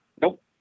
Nope